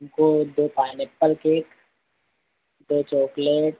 दो दो pineapple cake दो चोकलेट